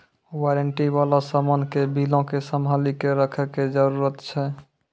warranty बाला समान के बिलो के संभाली के रखै के जरूरत छै